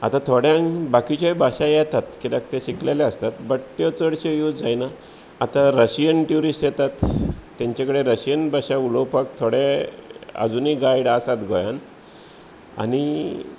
आतां थोड्यांक बाकीच्योय भाशा येतात कित्याक ते शिकलेले आसतात बट ते चडशे यूज जायना आतां रशियन ट्युरीश्ट येतात तेंच्या कडेन रशियन भाशा उलोवपाक थोडें आजुनूय गायड आसात गोंयांत आनी